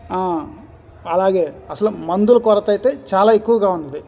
అలాగే అసలు మందుల కొరత అయితే చాలా ఎక్కువగా ఉంది